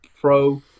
Pro